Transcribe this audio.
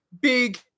big